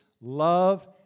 love